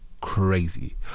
Crazy